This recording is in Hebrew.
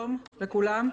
שלום לכולם.